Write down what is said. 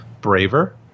braver